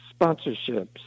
sponsorships